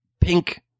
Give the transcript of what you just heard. pink